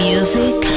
Music